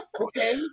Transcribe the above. Okay